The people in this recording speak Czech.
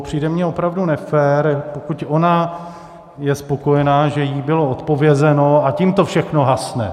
Přijde mi opravdu nefér, pokud ona je spokojena, že jí bylo odpovězeno, a tím to všechno hasne.